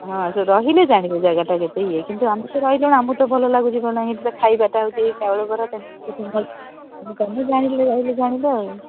ହଁ ରହିଲେ ଜାଣିବେ ଜାଗାଟା କେତେ ଇଏ କିନ୍ତୁ ଆମେ ତ ରହିଲୁଣି ଆମକୁ ଭଲ ଲାଗୁଛି କ'ଣ ଖାଇବାଟା ହେଉଛି ଚାଉଳ ବରା ତେନ୍ତୁଳି ଖଟା ରହିଲେ ଜାଣିବ ଆଉ